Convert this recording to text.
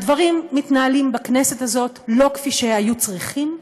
הדברים מתנהלים בכנסת הזאת לא כפי שהיו צריכים,